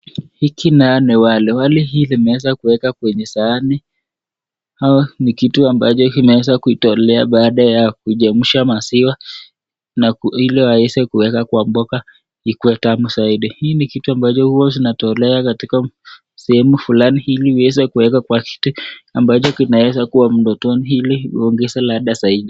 Hiki nayo ni wali, wali hii limeweza kueka kwenye sahani. Ni kitu ambacho kimeweza kutolea baada ya kuchemsha maziwa ili waeze kueka kwa mboga ikue tamu zaidi. Hii ni kitu ambacho watu natolea katika msemu fulani ili waeze kueka kwa kitu ambacho kinaweza kuwa mlo tamu ili ongeza lada zaidi.